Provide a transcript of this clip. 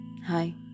Hi